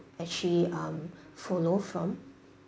actually um follow from